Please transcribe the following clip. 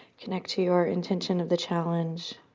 connect to your intention of the challenge,